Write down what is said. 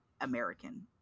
american